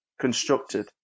constructed